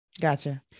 Gotcha